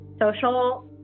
social